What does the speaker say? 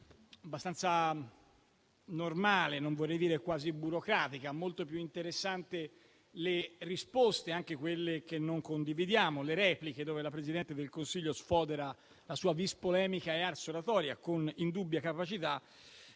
abbastanza normale, non vorrei dire quasi burocratica. Molto più interessanti sono state le repliche, anche quelle che non condividiamo, dove la Presidente del Consiglio ha sfoderato la sua *vis* polemica e *ars* oratoria con indubbia capacità